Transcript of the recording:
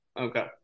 Okay